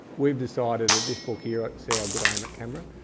we've decided that this book here say are good. i am at camera.